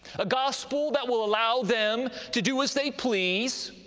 a gospel that will allow them to do as they please,